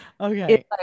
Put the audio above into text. okay